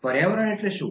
પર્યાવરણ એટલે શું